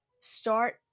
start